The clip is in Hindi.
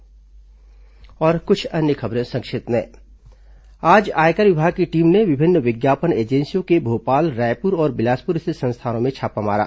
संक्षिप्त समाचार अब कुछ अन्य खबरें संक्षिप्त में आज आयकर विभाग की टीम ने विभिन्न विज्ञापन एजेंसियों के भोपाल रायपुर और बिलासपुर स्थित संस्थानों में छापा मारा